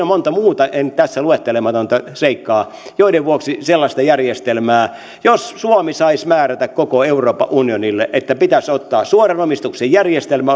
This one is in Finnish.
on monta muuta tässä luettelematonta seikkaa joiden vuoksi sellaista järjestelmää jos suomi saisi määrätä koko euroopan unionille että pitäisi ottaa suoran omistuksen järjestelmä